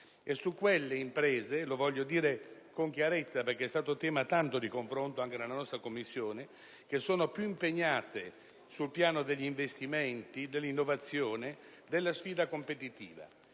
quelle imprese - lo voglio dire con chiarezza, perché è stato un tema di confronto nella nostra Commissione - che sono più impegnate sul piano degli investimenti, dell'innovazione e della sfida competitiva.